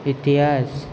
ઇતિહાસ